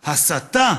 הסתה,